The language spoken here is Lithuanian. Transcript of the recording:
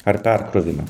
ar perkrovimą